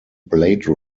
blade